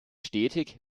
stetig